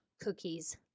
cookies